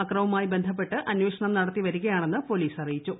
അക്രമവുമായി ബന്ധപ്പെട്ട് അന്വേഷണം നടത്തി വരികയാണെന്ന് പോലീസ് അറിയിച്ചു